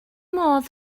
modd